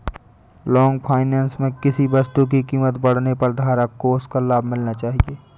long finance में किसी वस्तु की कीमत बढ़ने पर धारक को उसका लाभ मिलना चाहिए